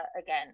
again